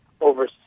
over